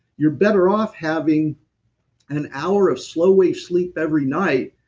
you're better off having an hour of slow wave sleep every night,